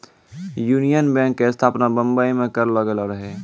union Bank के स्थापना बंबई मे करलो गेलो रहै